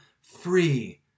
free